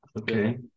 Okay